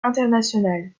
internationales